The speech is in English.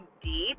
deep